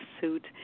suit